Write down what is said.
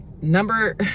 number